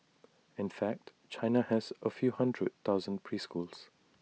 in fact China has A few hundred thousand preschools